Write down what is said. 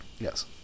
Yes